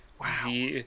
Wow